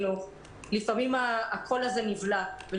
כן,